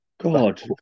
God